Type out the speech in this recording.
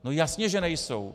No jasně že nejsou!